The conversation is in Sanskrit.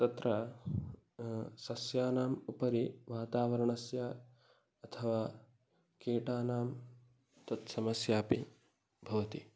तत्र सस्यानाम् उपरि वातावरणस्य अथवा कीटानां तत्समस्यापि भवति